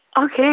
Okay